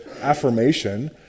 affirmation